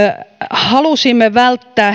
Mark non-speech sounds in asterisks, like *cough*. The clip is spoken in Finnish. halusimme välttää *unintelligible*